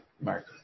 Mark